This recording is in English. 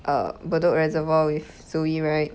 uh bedok reservoir with zoe right